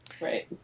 Right